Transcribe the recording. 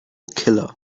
killer